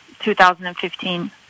2015